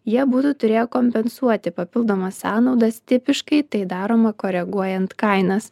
jie būtų turėję kompensuoti papildomas sąnaudas tipiškai tai daroma koreguojant kainas